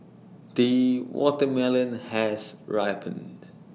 the watermelon has ripened